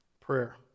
Prayer